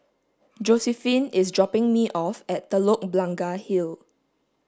Josiephine is dropping me off at Telok Blangah Hill